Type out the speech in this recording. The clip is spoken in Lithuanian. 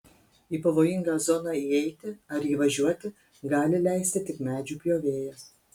į pavojingą zoną įeiti ar įvažiuoti gali leisti tik medžių pjovėjas